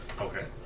Okay